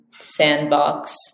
sandbox